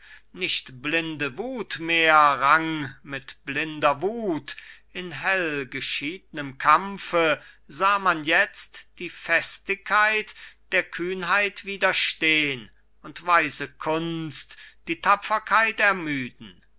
nicht blinde wut mehr rang mit blinder wut in hellgeschiednem kampfe sah man jetzt die festigkeit der kühnheit widerstehn und weise kunst die tapferkeit ermüden